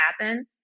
happen